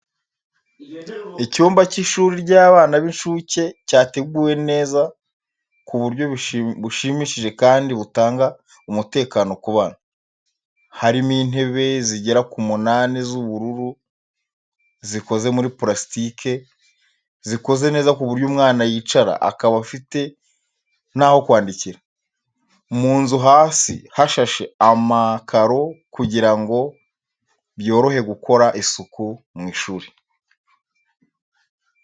Icyumba cy’ishuri ry'abana b’incuke cyateguwe neza ku buryo bushimishije kandi butanga umutekano ku bana. Harimo intebe zigera ku munani z'ubururu zikoze muri purasitike. Zikoze neza ku buryo umwana yicara akaba afite n'aho kwandikira. Mu nzu hasi hashashe amakaro kugira ngo byorohe gukora isuku mu ishuri.